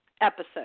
episode